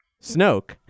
Snoke